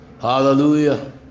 Hallelujah